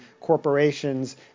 corporations